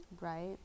right